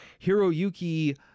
Hiroyuki